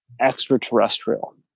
extraterrestrial